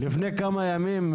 עוד שימושים.